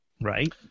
right